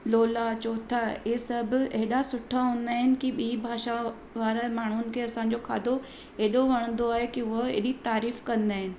लोला चोथा इहे सभु हेॾा सुठा हूंदा आहिनि की ॿी भाषा वारा माण्हुनि खे असांजो खाधो हेॾो वणंदो आहे की उहो एॾी तारीफ़ कंदा आहिनि